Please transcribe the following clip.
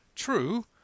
True